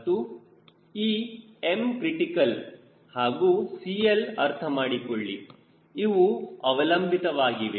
ಮತ್ತು ಈ Mcr ಹಾಗೂ CL ಅರ್ಥಮಾಡಿಕೊಳ್ಳಿ ಇವು ಅವಲಂಬಿತವಾಗಿವೆ